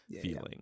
feeling